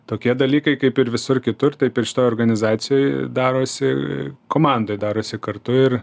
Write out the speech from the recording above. tokie dalykai kaip ir visur kitur taip ir šitoj organizacijoj darosi komandoj darosi kartu ir